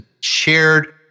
shared